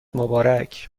مبارک